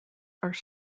are